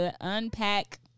unpack